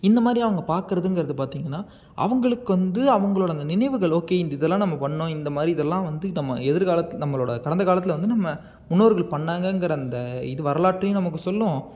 இந்தமாதிரி அவங்க பாக்குறதுங்கிறது பார்த்திங்கனா அவங்களுக்கு வந்து அவங்களோட அந்த நினைவுகளோட ஓகே இந்த இதெல்லாம் நம்ம பண்ணினோம் இந்தமாதிரி இதெல்லாம் வந்து நம்ம எதிர்காலத்து நம்மளோட கடந்த காலத்தில் வந்து நம்ம முன்னோர்கள் பண்ணாங்கங்கிற அந்த இது வரலாற்றையும் நமக்கு சொல்லும்